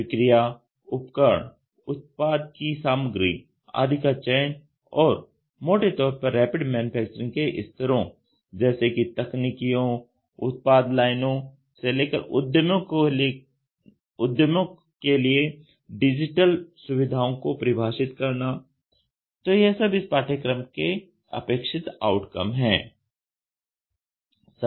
प्रक्रिया उपकरण उत्पाद की सामग्री आदि का चयन और मोटे तौर पर रैपिड मैन्युफैक्चरिंग के स्तरों जैसे कि तकनीकीयों उत्पाद लाइनों से लेकर उद्यमों के लिए डिजिटल सुविधाओं को परिभाषित करना तो यह सब इस पाठ्यक्रम के अपेक्षित आउटकम हैं